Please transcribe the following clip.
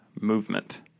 movement